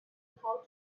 how